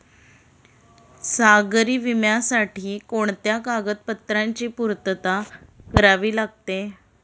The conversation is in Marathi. सागरी विम्यासाठी कोणत्या कागदपत्रांची पूर्तता करावी लागते?